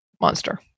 Monster